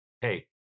hey